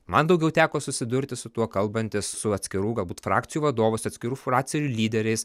man daugiau teko susidurti su tuo kalbantis su atskirų galbūt frakcijų vadovais atskirų frakcijų lyderiais